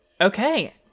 Okay